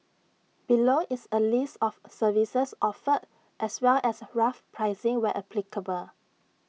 below is A list of services offered as well as rough pricing where applicable